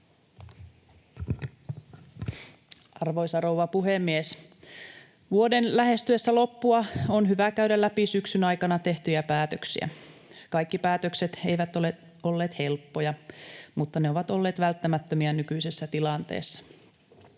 Arvoisa rouva puhemies! Vuoden lähestyessä loppua on hyvä käydä läpi syksyn aikana tehtyjä päätöksiä. Kaikki päätökset eivät ole olleet helppoja, mutta ne ovat olleet välttämättömiä nykyisessä tilanteessa.